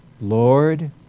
Lord